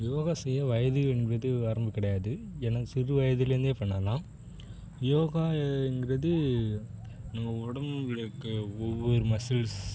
யோகா செய்ய வயது என்பது வரம்பு கிடையாது ஏன்னா சிறு வயதுலேருந்தே பண்ணலாம் யோகாங்கிறது நம்ம உடம்புகளுக்கு ஒவ்வொரு மசில்ஸ்